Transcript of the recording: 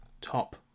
top